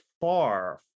far